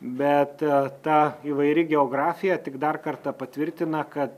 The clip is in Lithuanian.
bet ta įvairi geografija tik dar kartą patvirtina kad